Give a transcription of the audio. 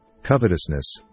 covetousness